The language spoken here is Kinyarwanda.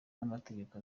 n’amategeko